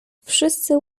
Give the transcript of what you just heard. wszyscy